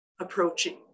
approaching